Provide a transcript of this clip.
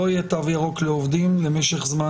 הוא שלא יהיה תו ירוק לעובדים למשך זמן